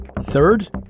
Third